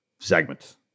segment